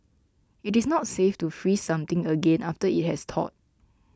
it is not safe to freeze something again after it has thawed